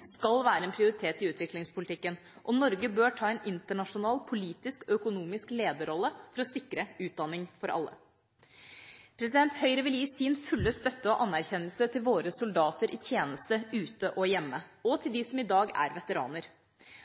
skal være en prioritet i utviklingspolitikken, og Norge bør ta en internasjonal, politisk og økonomisk lederrolle for å sikre utdanning for alle. Høyre vil gi sin fulle støtte og anerkjennelse til våre soldater i tjeneste ute og hjemme og til dem som i dag er veteraner.